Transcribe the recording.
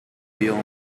beyond